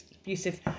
abusive